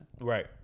Right